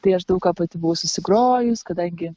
tai aš daug ką pati buvau susigrojus kadangi